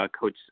coach